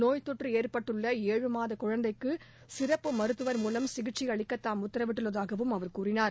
நோய்த்தொற்று ஏற்பட்டுள்ள ஏழு மாத குழந்தைக்கு சிறப்பு மருத்துவர் மூலம் சிகிச்சை அளிக்க தாம் உத்தரவிட்டுள்ளதாகவும் அவர் தெரிவித்தார்